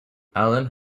alan